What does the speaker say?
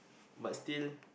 but still